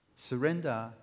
Surrender